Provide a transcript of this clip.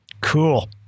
cool